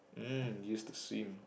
mm used to swim